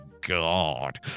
God